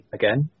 again